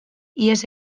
ihes